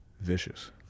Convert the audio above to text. Vicious